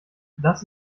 das